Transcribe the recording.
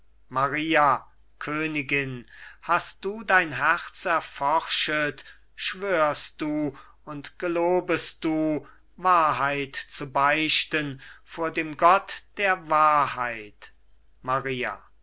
maria königin hast du dein herz erforschet schwörst du und gelobest du wahrheit zu beichten vor dem gott der wahrheit maria